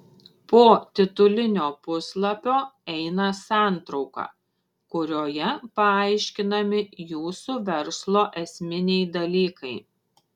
po titulinio puslapio eina santrauka kurioje paaiškinami jūsų verslo esminiai dalykai